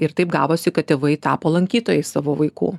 ir taip gavosi kad tėvai tapo lankytojais savo vaikų